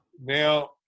Now